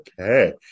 Okay